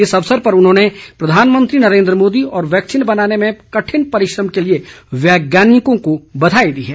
इस अवसर पर उन्होंने प्रधानमंत्री नरेन्द्र मोदी और वैक्सीन बनाने में कठिन परिश्रम के लिए वैज्ञानिकों को बधाई दी है